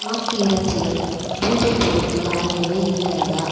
ஆட்டு இறைச்சிகள் பூஜை பொருட்கள் ஆகியவை இருக்கிறதா